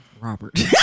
Robert